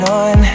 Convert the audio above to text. on